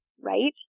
right